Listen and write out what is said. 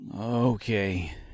Okay